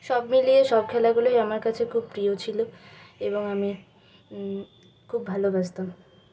সব মিলিয়ে সব খেলাগুলোই আমার কাছে খুব প্রিয় ছিল এবং আমি খুব ভালবাসতাম